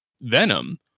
Venom